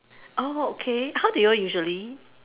oh okay how do you all usually